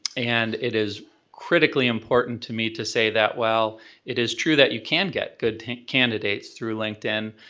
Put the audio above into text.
and it is critically important to me to say that while it is true that you can get good candidates through linkedin,